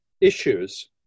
issues